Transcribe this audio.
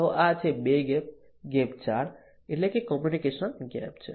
તો આ છે 2 ગેપ ગેપ 4 એટલે કે કોમ્યુનિકેશન ગેપ છે